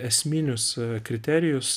esminius kriterijus